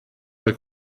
der